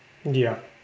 ya